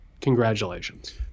Congratulations